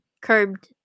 curbed